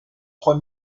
trois